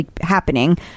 happening